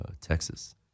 Texas